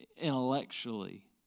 intellectually